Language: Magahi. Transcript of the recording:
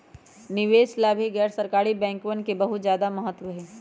निवेश ला भी गैर सरकारी बैंकवन के बहुत ज्यादा महत्व हई